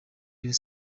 rayon